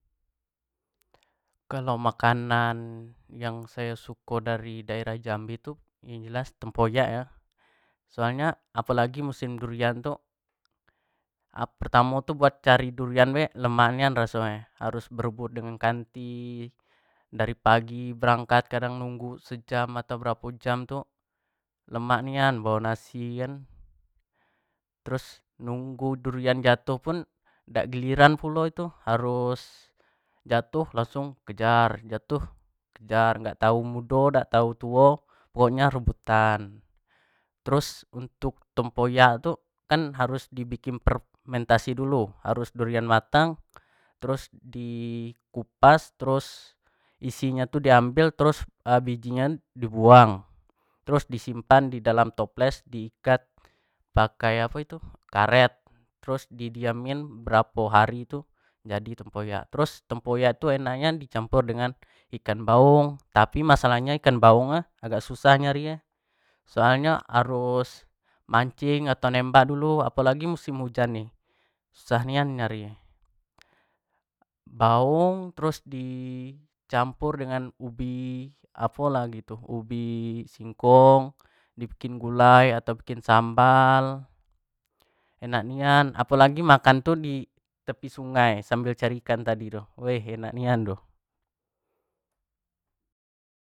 Kalau makanan yang sayo suko dari daerah jmabi tu yang jelas tempoyak yo, soal nyo apo lagi musim durian tu pertamo buat cari durian be lemak nian raso nyo, apo lagi harus berebut dengan kanti dari pagi berangkat kadang nunggu sejam duo jam atau berapo jam gitu, lemak nian bao nasi kan, terus nunggu durian jatuh pun dak giliran pulo itu harus jautuh langsung kejar, jatuh kejar dak tau mudo dak tau tuo pokok nyo harus rebutan terus untuk tempoyak tu harus di bikin fermentasi dulu harus durian matang terus di kupas trus isi nyo tu di ambil trus biji nyo kan di buang trus di simpan di dalam toples di ikat pakai karet trus di diamin berapo hari gitu jadi tempoyak, trus tempoyaj tu enak nian di campur dengan ikan baung, tapi masalah nyo ikan baung agak susah nyari nyo, soal nyo harus mincing atau nemabk dulu apo lagi musim hujan ini susah nian nyari nyo, baung trus di campur dengan ubi pao lah gitu ubi singkon di bikin gulai, di bikin sambal, enak nian apo lagi makan tu di tepi sungai sambal cari ikan tu, woi enak nian tu.